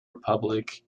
republic